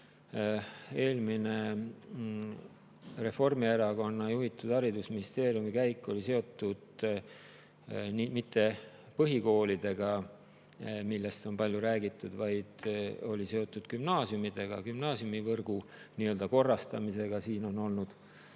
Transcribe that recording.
eelmine Reformierakonna juhitud haridusministeeriumi käik oli seotud mitte põhikoolidega, millest on palju räägitud, vaid oli seotud gümnaasiumidega, gümnaasiumivõrgu nii-öelda korrastamisega. Siin on olnud